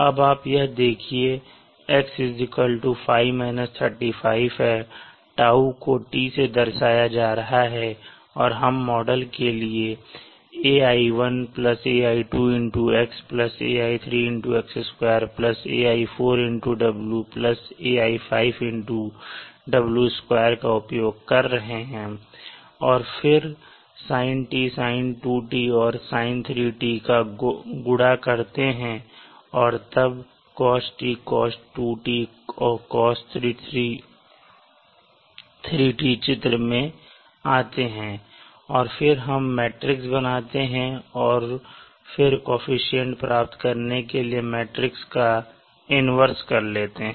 अब आप यह देखिए x 𝝓 35 है τ को t से दर्शाया जा रहा है और हम मॉडल के लिए ai1ai2x ai3x2ai4wai5w2 का उपयोग कर रहे हैं और फिर sint sin2t और sin3t का गुड़ा करते हैं और तब cost cos2t और cos3t चित्र में आते है और फिर हम मैट्रिक्स बनाते हैं और फिर कोअफिशन्ट प्राप्त करने के लिए मैट्रिक्स का इन्वर्स लेते हैं